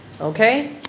Okay